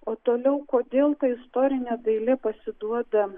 o toliau kodėl ta istorinė dailė pasiduoda